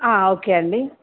okay అండి